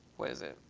what is it?